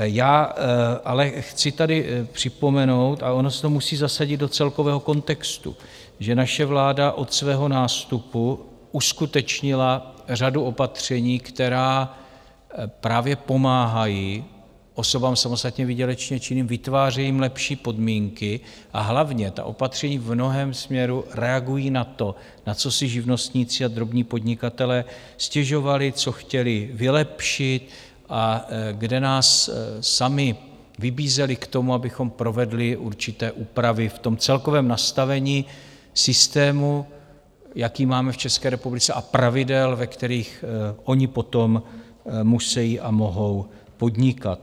Já ale chci tady připomenout a ono se to musí zasadit do celkového kontextu že naše vláda od svého nástupu uskutečnila řadu opatření, která právě pomáhají osobám samostatně výdělečně činným, vytvářejí jim lepší podmínky, a hlavně ta opatření v mnohém směru reagují na to, na co si živnostníci a drobní podnikatelé stěžovali, co chtěli vylepšit a kde nás sami vybízeli k tomu, abychom provedli určité úpravy v celkovém nastavení systému, jaký máme v České republice, a pravidel, ve kterých oni potom musejí a mohou podnikat.